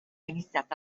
iniziata